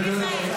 אדוני השר.